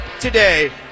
today